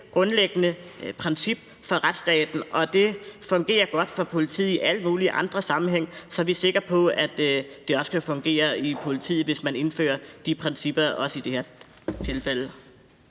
grundlæggende princip for retsstaten, og det fungerer godt for politiet i alle mulige andre sammenhænge, så vi er sikre på, at det også kan fungere for politiet, hvis man indfører de her principper, også i det her tilfælde.